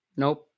nope